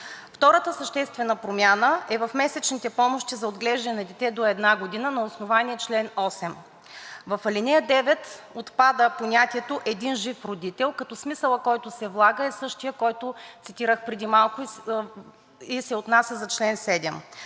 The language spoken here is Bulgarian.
Втората съществена промяна е в месечните помощи за отглеждане на дете до една година на основание чл. 8. В ал. 9 отпада понятието един жив родител, като смисълът, който се влага, е същият, който цитирах преди малко, и се отнася за чл. 7.